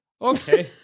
Okay